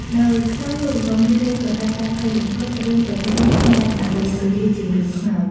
នៅក្នុងនោះក៏មានរឿងប្រឌិតបែបភ័យរន្ធត់ រឿងប្រភេទនេះមានលក្ខណៈទូលំទូលាយជាងរឿងខ្មោច។